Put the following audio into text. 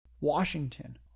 Washington